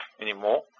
anymore